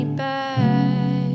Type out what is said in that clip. back